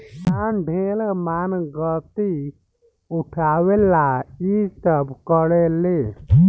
किसान ढेर मानगती उठावे ला इ सब करेले